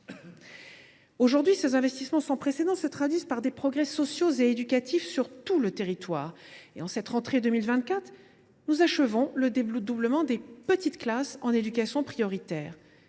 Aujourd’hui, ces investissements sans précédent se traduisent par des progrès sociaux et éducatifs sur tout le territoire. En cette rentrée 2024, nous achevons le dédoublement des petites classes dans les zones d’éducation prioritaire.